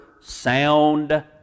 sound